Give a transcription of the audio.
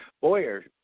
Boyer